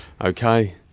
Okay